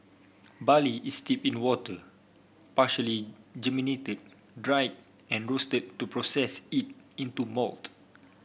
barley is steeped in water partially germinated dried and roasted to process it into malt